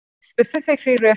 specifically